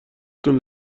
تون